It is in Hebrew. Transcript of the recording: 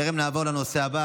טרם נעבור לנושא הבא,